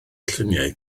lluniau